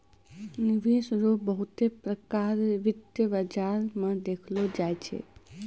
निवेश रो बहुते प्रकार वित्त बाजार मे देखलो जाय छै